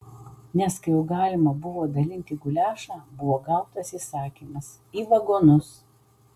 nes kai jau galima buvo dalinti guliašą buvo gautas įsakymas į vagonus